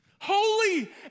holy